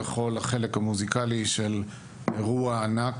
בכל החלק המוזיקלי של אירוע ענק,